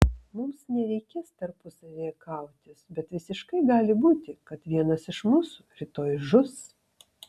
mums nereikės tarpusavyje kautis bet visiškai gali būti kad vienas iš mūsų rytoj žus